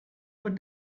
what